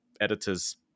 editor's